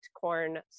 corn